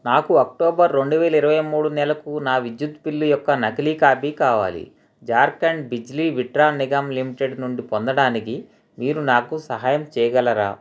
నాకు అక్టోబర్ రెండు వేల ఇరవై మూడు నెలకు నా విద్యుత్ బిల్లు యొక్క నకిలీ కాపీ కావాలి జార్ఖండ్ బిజ్లీ విట్రాన్ నిగమ్ లిమిటెడ్ నుండి పొందడానికి మీరు నాకు సహాయం చేయగలరా